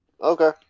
Okay